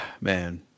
Man